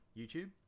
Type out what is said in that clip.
YouTube